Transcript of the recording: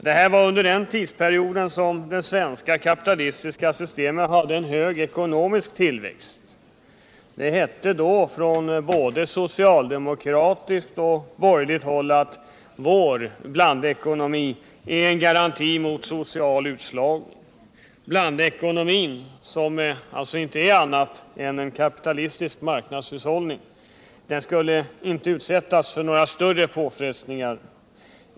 Detta var under den tidsperiod då det svenska kapitalistiska systemet hade en stark ekonomisk tillväxt. Det hette då från både socialdemokratiskt och borgerligt håll att vår blandekonomi är en garanti mot social utslagning. Blandekonomin, som inte är något annat än en kapitalistisk marknadshushållning, skulle inte utsättas för några större påfrestningar.